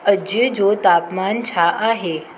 अॼ जो तापमान छा आहे